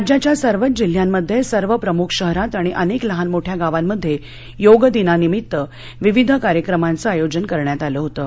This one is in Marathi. राज्याच्या सर्वच जिल्ह्यांमध्य स्विवं प्रमुख शहरांत आणि अनक्त लहान मोठ्या गावांमध्य ग्रीग दिनानिमित्त विविध कार्यक्रमांचं आयोजन करण्यात आलं होतं